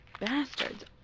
bastards